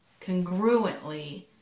congruently